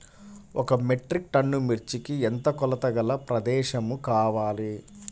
ఒక metric ton మిర్చికి ఎంత కొలతగల ప్రదేశము కావాలీ?